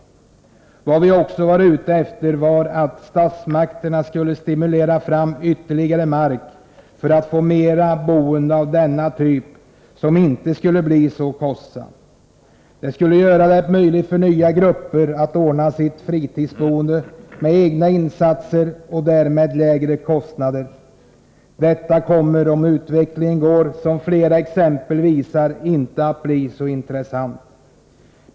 Med vår motion har vi också varit ute efter att statsmakterna skulle stimulera fram ytterligare mark för att få mera boende av denna typ, som inte skulle bli så kostsamt. Det skulle göra det möjligt för nya grupper att ordna sitt fritidsboende med egna insatser och därmed till lägre kostnader. Om utvecklingen fortsätter på det sätt som de nämnda exemplen visar, blir den här typen av fritidsboende inte så intressant.